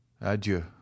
Adieu